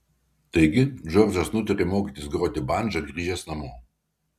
taigi džordžas nutarė mokytis groti bandža grįžęs namo